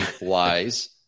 wise